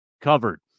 covered